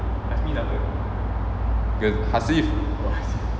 the hasif